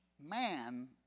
man